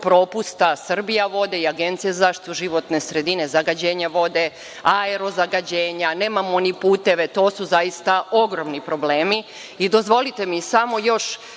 propusta „Srbijavode“ i Agencije za zaštitu životne sredine, zagađenja vode, aero zagađenja, nemamo ni puteve, to su zaista ogromni problemi. Dozvolite mi samo još